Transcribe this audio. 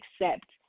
accept